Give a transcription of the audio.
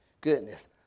goodness